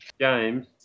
James